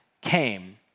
came